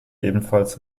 ebenfalls